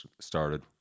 started